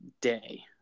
day